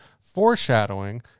foreshadowing